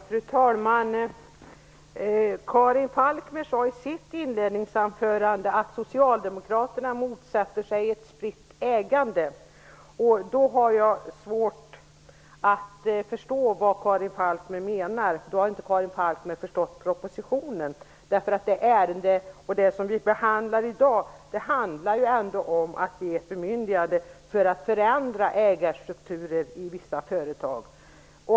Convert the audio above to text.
Fru talman! Karin Falkmer sade i sitt inledningsanförande att socialdemokraterna motsätter sig ett spritt ägande. Jag har svårt att förstå vad Karin Falkmer menar. Karin Falkmer har nog inte förstått propositionen. Det ärende vi behandlar i dag handlar om att ge ett bemyndigande för att förändra ägarstrukturen i vissa företag.